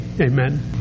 Amen